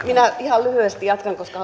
minä ihan lyhyesti jatkan koska